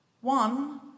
One